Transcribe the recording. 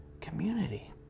community